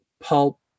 pulp